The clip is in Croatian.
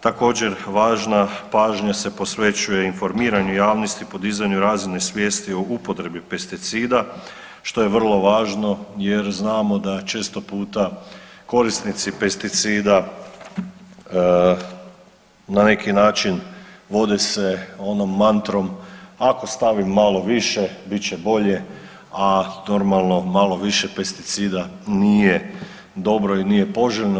Također važna pažnja se posvećuje informiranju javnosti, podizanju razine svijesti o upotrebi pesticida što je vrlo važno, jer znamo da često puta korisnici pesticida na neki način vode se onom mantrom ako stavim malo više bit će bolje, a normalno malo više pesticida nije dobro i nije poželjno.